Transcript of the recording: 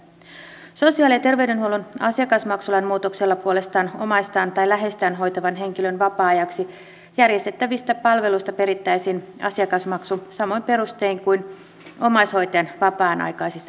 sosiaali ja terveydenhuollon asiakasmaksulain muutoksella puolestaan omaistaan tai läheistään hoitavan henkilön vapaan ajaksi järjestettävistä palveluista perittäisiin asiakasmaksu samoin perustein kuin omaishoitajan vapaan aikaisissa palveluissa